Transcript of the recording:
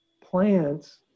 plants